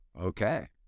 Okay